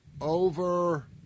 over